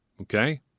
okay